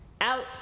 out